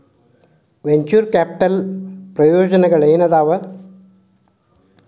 venture capital ಪ್ರಯೋಜನಗಳೇನಾದವ